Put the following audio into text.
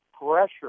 pressure